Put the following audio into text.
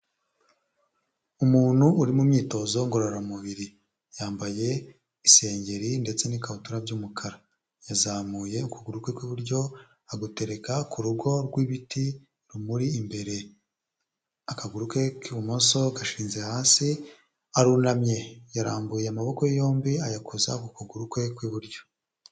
Umuntu uri mu myitozo ngororamubiri, yambaye isengeri ndetse n'ikabutura by'umukara, yazamuye ukuguru kwe kw'iburyo agutereka ku rugo rw'ibiti rumuri imbere, akaguru ke k'ibumoso gashinze hasi, arunamye yarambuye amaboko yombi ayakoza ku kuguru kwe kw'iburyo.